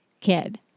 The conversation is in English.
kid